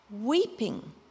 weeping